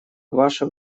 ваше